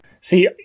See